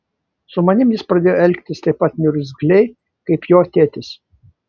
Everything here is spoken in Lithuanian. su manimi jis pradėjo elgtis taip pat niurzgliai kaip jo tėtis